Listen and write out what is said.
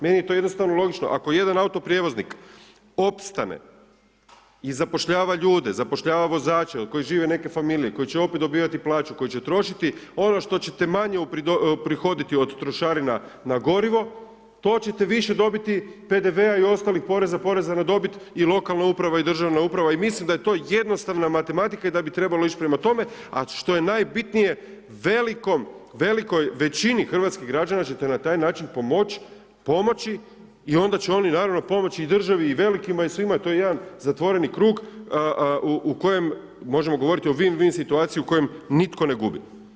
Meni je to jednostavno logično ako jedan autoprijevoznik opstane i zapošljava ljude, zapošljava vozače od kojih žive neke familije koje će opet dobivati plaću, koji će trošiti ono što ćete manje uprihoditi od trošarina na gorivo, to ćete više dobiti PDV-a i ostalih poreza, na dobit i lokalna uprava i državna uprava i mislim da je to jednostavna matematika i da bi trebalo ići prema tome, a što je najbitnije, velikoj većini hrvatskih građana ćete na taj način pomoći i onda će oni naravno pomoći i državi i velikima i svima, to je jedan zatvoreni krug u kojem možemo govoriti o win-win situaciji u kojem nitko ne gubi.